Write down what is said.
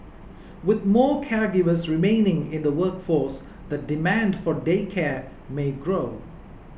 with more caregivers remaining in the workforce the demand for day care may grow